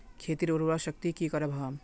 खेतीर उर्वरा शक्ति की करे बढ़ाम?